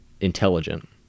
intelligent